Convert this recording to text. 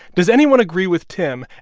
does anyone agree with tim,